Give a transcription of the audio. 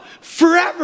Forever